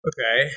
Okay